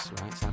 right